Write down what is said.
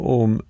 om